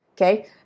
okay